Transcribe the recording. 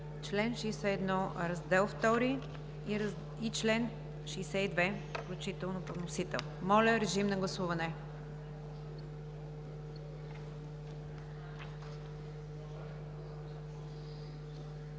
Моля, режим на гласуване.